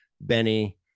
Benny